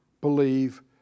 believe